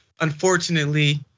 unfortunately